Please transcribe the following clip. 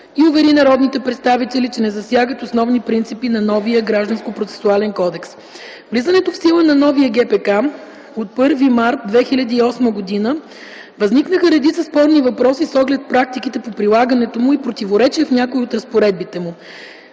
и увери народните представители, че не засягат основните принципи на новия ГПК. С влизането в сила на новия Граждански процесуален кодекс от 1 март 2008 г., възникнаха редица спорни въпроси с оглед практиките по прилагането му и противоречия в някои от разпоредбите му.